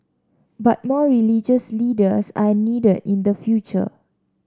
but more religious leaders are needed in the future